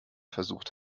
versucht